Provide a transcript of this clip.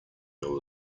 your